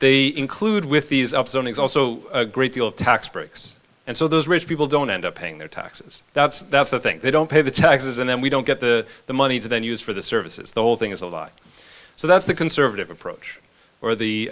they include with these up zone it's also a great deal of tax breaks and so those rich people don't end up paying their taxes that's the thing they don't pay the taxes and then we don't get the the money and then used for the services the whole thing is a lie so that's the conservative approach or the